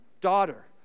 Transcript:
daughter